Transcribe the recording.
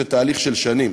זה תהליך של שנים,